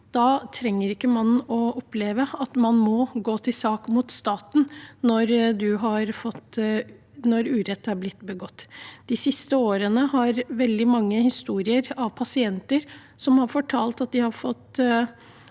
Da trenger man ikke å oppleve at man må gå til sak mot staten når urett er blitt begått. De siste årene har veldig mange pasienter fortalt at de har fått